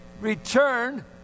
return